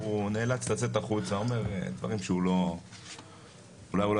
הוא נאלץ לצאת החוצה ואומר דברים שאולי הוא לא